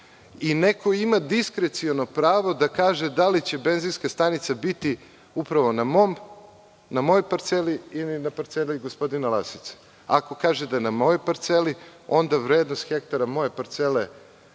i neko ima diskreciono pravo da kaže da li će benzinska stanica biti upravo na mojoj parceli ili na parceli gospodina Lasice. Ako kaže da je na mojoj parceli, onda vrednost hektara moje parcele